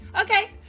Okay